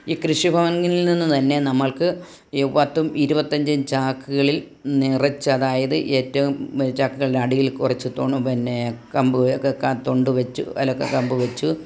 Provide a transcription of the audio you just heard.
ഈ കൃഷിഭവനിൽ നിന്ന് തന്നെ നമുക്ക് ഈ പത്തും ഇരുപത്തഞ്ചും ചാക്കുകളിൽ നിറച്ച് അതായത് ഏറ്റവും ചാക്കുകളുടെ അടിയിൽ കുറച്ച് തൊണ്ടും പിന്നെ കമ്പുകളും ഒക്കെ തൊണ്ടു വെച്ചു അല്ല കമ്പ് വെച്ചു